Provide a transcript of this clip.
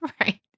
Right